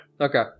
Okay